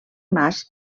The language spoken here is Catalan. mas